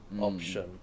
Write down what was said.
option